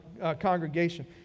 congregation